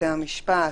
בתי המשפט,